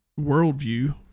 worldview